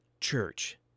church